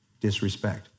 disrespect